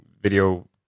video